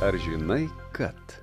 ar žinai kad